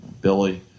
Billy